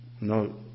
No